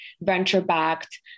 venture-backed